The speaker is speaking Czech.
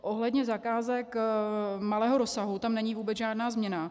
Ohledně zakázek malého rozsahu tam není vůbec žádná změna.